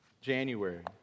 January